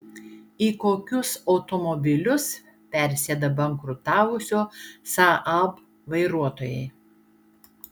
į kokius automobilius persėda bankrutavusio saab vairuotojai